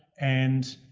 and,